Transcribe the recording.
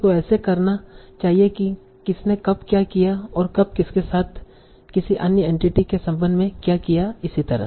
तों ऐसे करना चाहिए कि किसने कब क्या किया और कब किसके साथ किसी अन्य एंटिटी के संबंध में क्या किया इसी तरह